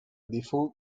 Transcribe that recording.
défaut